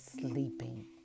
sleeping